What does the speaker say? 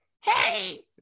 Hey